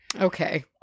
Okay